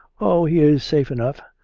oh! he is safe enough,